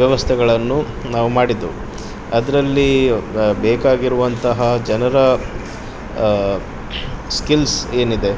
ವ್ಯವಸ್ಥೆಗಳನ್ನು ನಾವು ಮಾಡಿದ್ದೆವು ಅದ್ರಲ್ಲಿ ಬೇಕಾಗಿರುವಂತಹ ಜನರ ಸ್ಕಿಲ್ಸ್ ಏನಿದೆ